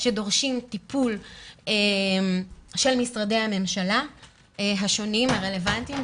שדורשים טיפול של משרדי הממשלה השונים הרלוונטיים.